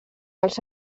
els